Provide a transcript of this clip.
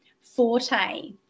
forte